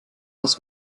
was